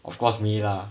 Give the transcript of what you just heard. of course me lah